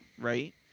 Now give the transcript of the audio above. Right